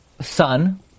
son